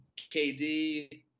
KD